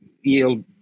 yield